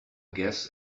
guess